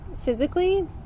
physically